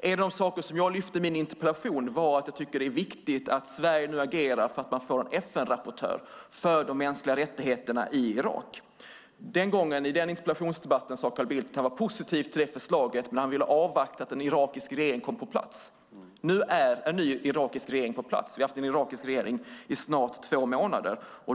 En av de saker jag lyfte fram i min interpellation var att jag tycker att det är viktigt att Sverige nu agerar för att man får en FN-rapportör för de mänskliga rättigheterna i Irak. Den gången - i den interpellationsdebatten - sade Carl Bildt att han var positiv till detta förslag men ville avvakta till dess att en ny irakisk regering kommit på plats. Nu är en ny irakisk regering på plats. Vi har haft en ny irakisk regering i snart två månader.